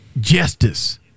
justice